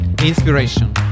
Inspiration